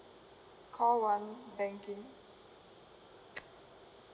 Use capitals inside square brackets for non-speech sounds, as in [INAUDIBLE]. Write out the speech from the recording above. call one banking [NOISE]